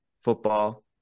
football